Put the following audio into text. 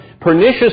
pernicious